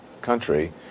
country